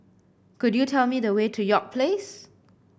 could you tell me the way to York Place